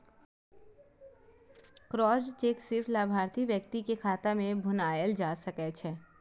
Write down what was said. crossed cheque सिर्फ लाभार्थी व्यक्ति के खाता मे भुनाएल जा सकै छै